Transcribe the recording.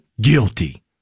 guilty